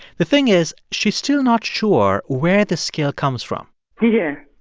the thing is, she's still not sure where the skill comes from yeah.